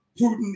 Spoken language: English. Putin